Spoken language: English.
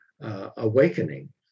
awakening